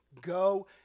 Go